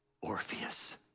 Orpheus